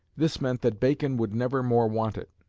this meant that bacon would never more want it.